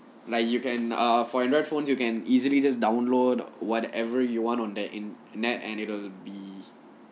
like you can err for android phones you can easily just download whatever you want on the internet and it'll be